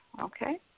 okay